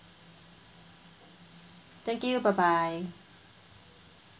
thank you bye bye